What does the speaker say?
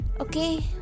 Okay